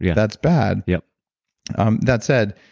yeah that's bad yeah um that said,